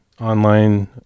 online